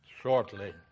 shortly